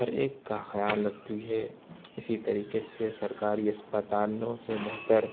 ہر ایک کا خیال رکھتی ہے اسی طریقے سے سرکاری اسپتالوں سے بہتر